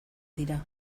dira